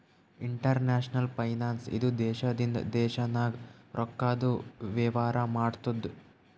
international finance ಇದು ದೇಶದಿಂದ ದೇಶ ನಾಗ್ ರೊಕ್ಕಾದು ವೇವಾರ ಮಾಡ್ತುದ್